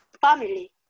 family